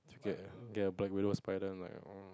get get a black widow spider and like